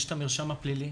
יש מרשם פלילי,